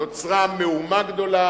נוצרה מהומה גדולה,